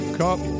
cup